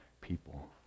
people